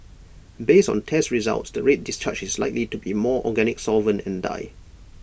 based on test results the red discharge is likely to be organic solvent and dye